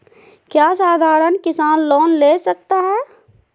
क्या साधरण किसान लोन ले सकता है?